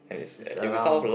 it's it's around